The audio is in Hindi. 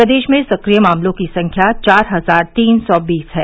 प्रदेश में सक्रिय मामलों की संख्या चार हजार तीन सौ बीस है